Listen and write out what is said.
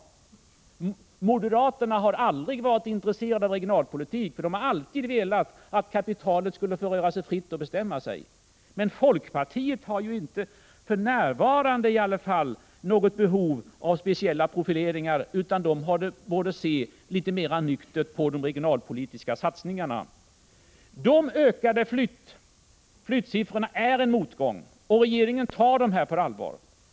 Moderaterna har aldrig varit intresserade av regionalpolitik, de har alltid velat att kapitalet skall få röra sig fritt efter eget val. Men folkpartiet har ju åtminstone inte för närvarande något behov av speciella profileringar utan borde se litet mera nyktert på de regionalpolitiska satsningarna. De ökade flyttsiffrorna är en motgång, och regeringen tar dem på allvar.